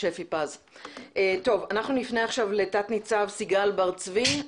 אנחנו נפנה עכשיו לתת-ניצב סיגל בר צבי,